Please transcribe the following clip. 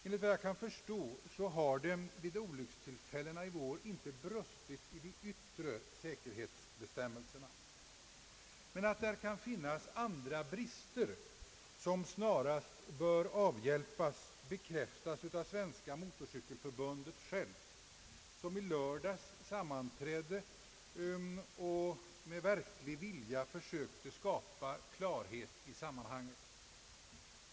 Enligt vad jag kan förstå har det vid olyckstillfällena i vår inte brustit i de yttre säkerhetsbestämmelserna. Men det kan finnas andra brister som snarast behöver avhjälpas, vilket bekräftas av Svenska motorcykelförbundet, som sammanträdde i lördags och med verklig vilja försökte skapa klarhet i dessa sammanhang.